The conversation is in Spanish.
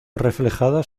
reflejada